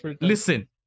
Listen